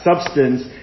substance